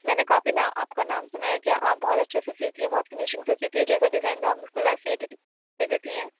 میں نے کافی نا آپ کا نام سُنا ہے کہ آپ بہت اچھے سے سیتی ہیں بہت فنیشنگ سے سیتی ہیں جیسا ڈیزائن دو آپ بالکل ویسی ہی سی دیتی ہیں